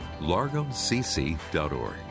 largocc.org